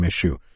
issue